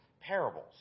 parables